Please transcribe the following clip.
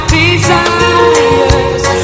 desires